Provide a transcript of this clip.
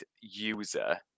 user